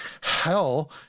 hell